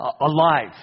alive